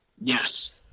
Yes